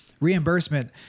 Reimbursement